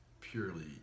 purely